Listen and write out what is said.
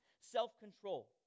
self-control